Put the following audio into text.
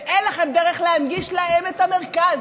ואין לכם דרך להנגיש להם את המרכז.